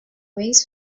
wings